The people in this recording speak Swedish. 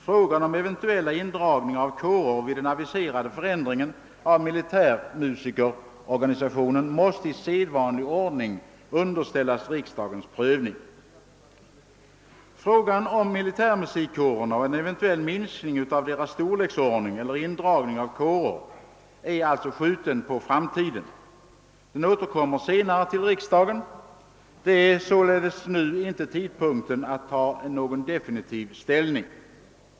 Frågan om eventuella indrag ningar av kårer vid den aviserade förändringen av militärmusikorganisationen måste i sedvanlig ordning underställas riksdagens prövning.» — Frågan om militärmusikkårerna och en eventuell minskning av deras storlek eller om indragning av kårer är alltså skjuten på framtiden. Den återkommer senare till riksdagen. Tidpunkten är sålunda inte nu den rätta att ta definitiv ställning.